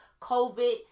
COVID